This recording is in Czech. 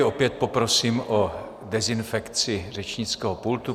Opět poprosím o dezinfekci řečnického pultu.